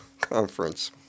conference